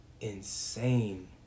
insane